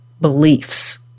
beliefs